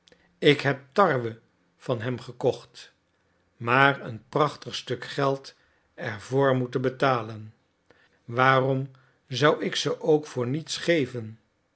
ik heb tarwe van hem gekocht maar een prachtig stuk geld er voor moeten betalen waarom zou ik ze ook voor niets geven